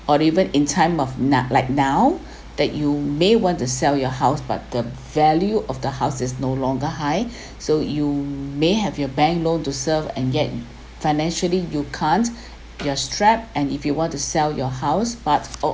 or even in time of nut like now that you may want to sell your house but the value of the house is no longer high so you may have your bank loan to serve and yet financially you can't you are strapped and if you want to sell your house but